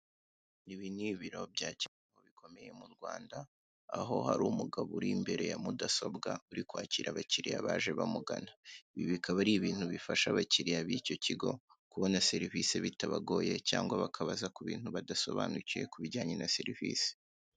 Ibi ni ibiro byakemuwe bikomeye mu Rwanda, aho hari umugabo uri imbere ya Mudasobwa uri kwakira abakiliriya baje bamugana, ibi bikaba ari ibintu bifasha abakiliriya b'icyo kigo kubona serivisi bitabagoye, cyangwa bakabaza ku bintu badasobanukiwe ku bijyanye na serivisi.